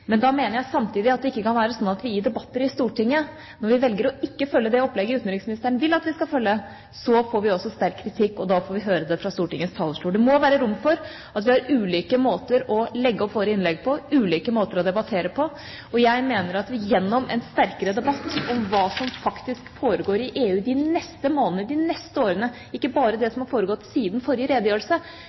men da mener jeg samtidig at det ikke kan være slik at vi i debatter i Stortinget, når vi velger ikke å følge det opplegget utenriksministeren vil at vi skal følge, får sterk kritikk, og da får vi høre det fra Stortingets talerstol. Det må være rom for at vi har ulike måter å legge opp våre innlegg på, ulike måter å debattere på, og jeg mener at vi gjennom en sterkere debatt om hva som faktisk foregår i EU de neste månedene, de neste årene – ikke bare det som har foregått siden forrige redegjørelse